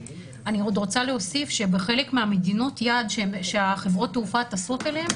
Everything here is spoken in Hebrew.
אני עוד רוצה להוסיף שבחלק ממדינות היעד שחברות התעופה טסות אליהן